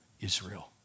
Israel